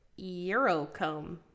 Eurocomb